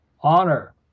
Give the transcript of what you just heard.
Honor